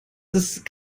ist